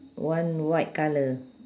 one white colour